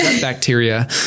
bacteria